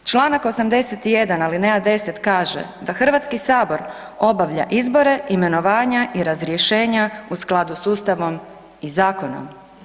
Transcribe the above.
Čl. 81. alineja 10 kaže, da Hrvatski sabor obavlja izbore, imenovanja i razrješenja u skladu s Ustavom i zakonima.